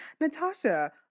Natasha